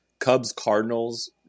Cubs-Cardinals